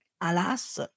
alas